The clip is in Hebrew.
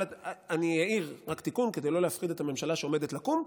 אבל אני אעיר רק תיקון כדי לא להפחיד את הממשלה שעומדת לקום,